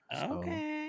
Okay